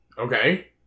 Okay